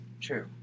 true